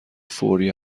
فوری